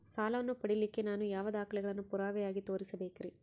ಸಾಲವನ್ನು ಪಡಿಲಿಕ್ಕೆ ನಾನು ಯಾವ ದಾಖಲೆಗಳನ್ನು ಪುರಾವೆಯಾಗಿ ತೋರಿಸಬೇಕ್ರಿ?